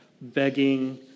begging